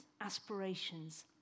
aspirations